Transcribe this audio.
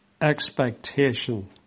expectation